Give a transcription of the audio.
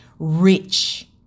Rich